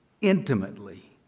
intimately